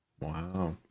Wow